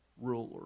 Ruler